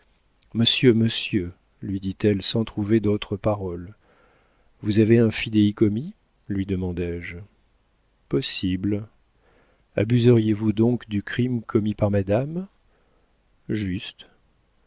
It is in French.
monsieur monsieur lui dit-elle sans trouver d'autres paroles vous avez un fidéi commis lui demandai-je possible abuseriez vous donc du crime commis par madame juste